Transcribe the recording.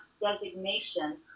designation